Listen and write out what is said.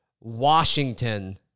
Washington